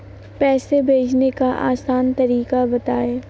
पैसे भेजने का आसान तरीका बताए?